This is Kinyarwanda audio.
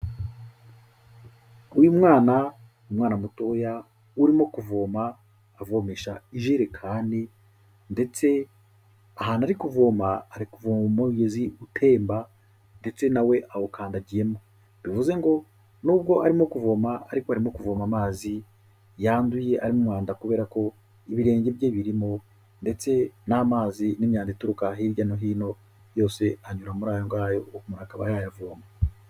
Uyu mwana ni umwana mutoya urimo kuvoma avomesha ijerekani ndetse ahantu ari kuvoma ari kuvoma umugezi utemba ndetse nawe awukandagiyemo, bivuze ngo nubwo arimo kuvoma ariko arimo kuvoma amazi yanduye arimo umwanda kubera ko ibirenge bye birimo ndetse n'amazi n'imyanda ituruka hirya no hino yose anyura muri ayo ngayo umuntu akaba yayavoma.